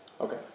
okay